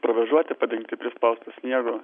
provėžuoti padengti prispaustu sniegu